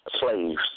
slaves